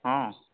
ᱦᱚᱸ